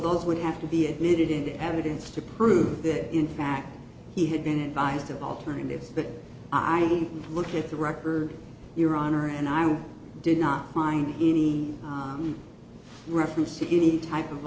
those would have to be admitted into evidence to prove that in fact he had been advised of alternatives but i look at the record your honor and i did not find any reference to any type of